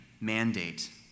mandate